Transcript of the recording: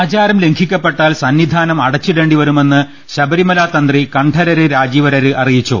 ആചാരം ലംഘിക്കപ്പെട്ടാൽ സന്നിധാനം അടച്ചിടേണ്ടിവ രുമെന്ന് ശബരിമല തന്ത്രി കണ്ഠരര് രാജീവരര് അറിയിച്ചു